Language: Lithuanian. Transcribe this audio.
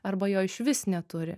arba jo išvis neturi